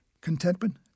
contentment